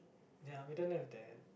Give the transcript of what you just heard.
ya we didn't have that